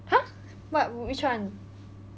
!huh! what which one